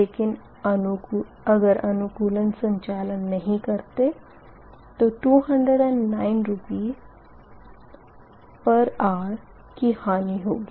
लेकिन अगर अनुकूल संचालन नही करते तो 209 रुपए प्रति घंटा की हानि होगी